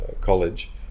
College